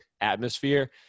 atmosphere